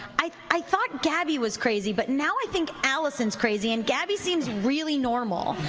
i i thought gaby was crazy, but now i think allison is crazy and gaby seems really normal.